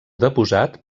deposat